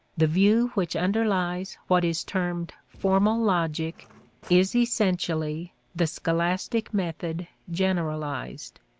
the view which underlies what is termed formal logic is essentially the scholastic method generalized.